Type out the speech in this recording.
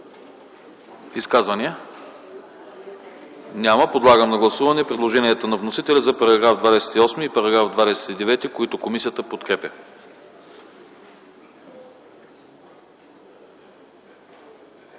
Изказвания? Няма. Подлагам на гласуване предложенията на вносителя за параграфи 113 и 114, които комисията подкрепя.